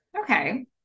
Okay